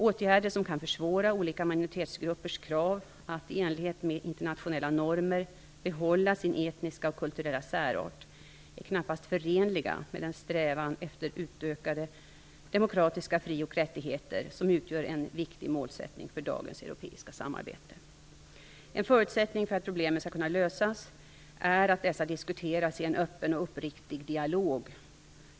Åtgärder som kan försvåra olika minoritetsgruppers krav att i enlighet med internationella normer behålla sin etniska och kulturella särart är knappast förenliga med den strävan efter utökade demokratiska fri och rättigheter som utgör en viktig målsättning för dagens europeiska samarbete. En förutsättning för att problemen skall kunna lösas är att dessa diskuteras i en öppen och uppriktig dialog.